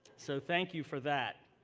so thank you for that.